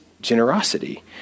generosity